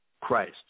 Christ